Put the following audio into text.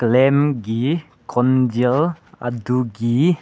ꯀ꯭ꯂꯦꯝꯒꯤ ꯈꯣꯟꯖꯦꯜ ꯑꯗꯨꯒꯤ